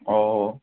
অঁ